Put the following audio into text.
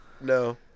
No